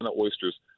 oysters